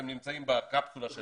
הם נמצאים בקפסולה שלהם,